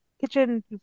kitchen